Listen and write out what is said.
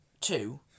two